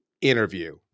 interview